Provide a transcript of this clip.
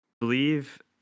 believe